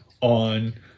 on